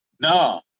No